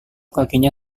kakinya